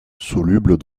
soluble